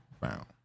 found